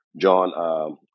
John